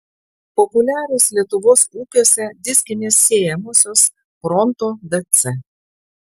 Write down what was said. populiarios lietuvos ūkiuose diskinės sėjamosios pronto dc